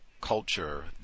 culture